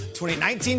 2019